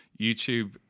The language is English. YouTube